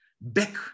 back